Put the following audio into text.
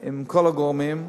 עם כל הגורמים,